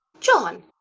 john,